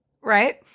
Right